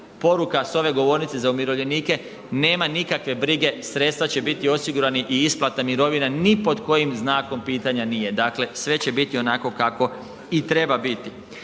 poruka s ove govornice za umirovljenike, nema nikakve brige, sredstva će biti osigurana i isplata mirovine ni pod kojim znakom pitanja nije. Dakle, sve će biti onako kako i treba biti.